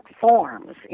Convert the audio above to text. forms